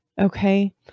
okay